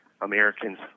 Americans